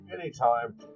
anytime